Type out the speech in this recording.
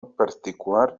particular